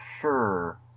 sure